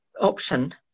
option